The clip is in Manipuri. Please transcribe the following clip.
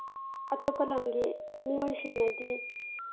ꯑꯇꯣꯞꯄ ꯂꯝꯒꯤ ꯃꯤꯑꯣꯏꯁꯤꯡꯅꯗꯤ